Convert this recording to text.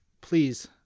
please